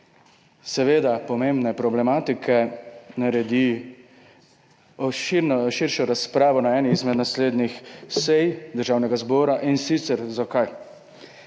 zaradi pomembne problematike naredi širšo razpravo na eni izmed naslednjih sej Državnega zbora, in sicer zato,